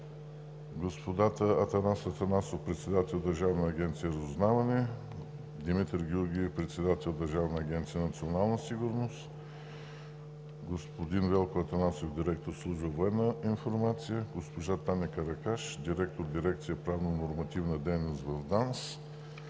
господата Атанас Атанасов – председател на Държавна агенция „Разузнаване“, Димитър Георгиев – председател на Държавна агенция „Национална сигурност“, господин Велко Атанасов – директор на служба „Военна информация“, госпожа Таня Каракаш – директор на дирекция „Правнонормативна дейност“ – ДАНС,